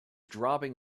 dropping